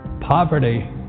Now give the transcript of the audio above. Poverty